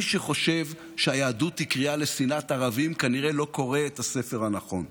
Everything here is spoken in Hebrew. מי שחושב שהיהדות היא קריאה לשנאת ערבים כנראה לא קורא את הספר הנכון.